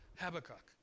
Habakkuk